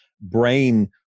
brain